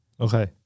okay